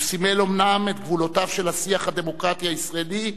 הוא סימל אומנם את גבולותיו של השיח הדמוקרטי הישראלי,